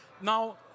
Now